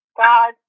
god